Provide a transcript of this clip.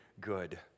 good